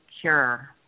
cure